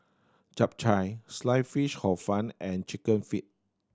Chap Chai Sliced Fish Hor Fun and Chicken Feet